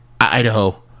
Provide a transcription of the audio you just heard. Idaho